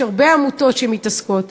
יש הרבה עמותות שמתעסקות.